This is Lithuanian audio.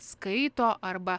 skaito arba